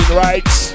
rights